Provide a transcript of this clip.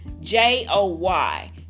J-O-Y